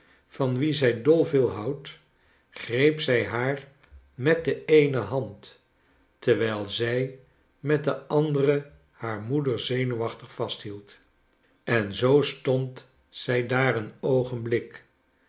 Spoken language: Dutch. van wie zij dol veel houdt greep zij haar met de eene hand terwijl zij met de andere haar moeder zenuwachtig vasthield en zoo stond zij daar een oogenblik